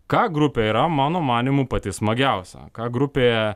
ką grupė yra mano manymu pati smagiausia ką grupė